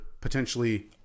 potentially